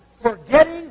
Forgetting